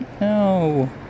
No